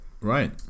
right